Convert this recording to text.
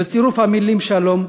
בצירוף המילה "שלום",